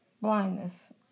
blindness